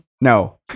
No